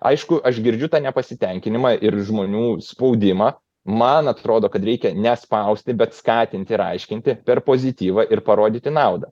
aišku aš girdžiu tą nepasitenkinimą ir žmonių spaudimą man atrodo kad reikia nespausti bet skatinti ir aiškinti per pozityvą ir parodyti naudą